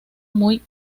muy